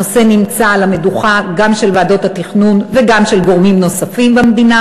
הנושא נמצא על המדוכה גם של ועדות התכנון וגם של גורמים נוספים במדינה.